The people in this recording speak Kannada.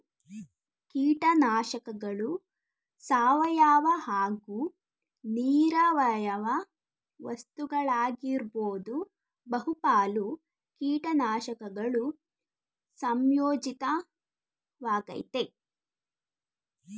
ಕೀಟನಾಶಕಗಳು ಸಾವಯವ ಹಾಗೂ ನಿರವಯವ ವಸ್ತುಗಳಾಗಿರ್ಬೋದು ಬಹುಪಾಲು ಕೀಟನಾಶಕಗಳು ಸಂಯೋಜಿತ ವಾಗಯ್ತೆ